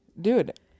Dude